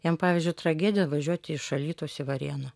jiem pavyzdžiui tragedija važiuoti iš alytaus į varėną